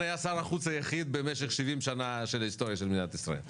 ליברמן היה שר החוץ היחיד במשך 70 שנה בהיסטוריה של מדינת ישראל...